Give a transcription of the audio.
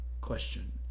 question